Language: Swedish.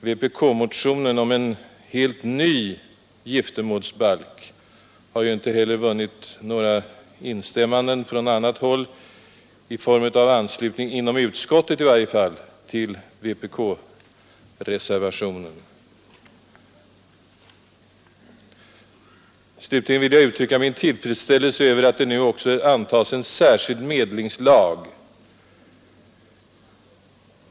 Ingen annan än vpk:s representant i utskottet har heller instämt i vpk-motionen om en helt ny giftermålsbalk genom att biträda reservationen på denna punkt. Slutligen vill jag uttrycka min tillfredsställelse över att det nu antas en särskild medlingslag.